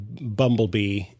bumblebee